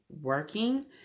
working